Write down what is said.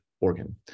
organ